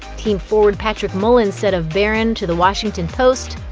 team forward patrick mullins said of barron to the washington post,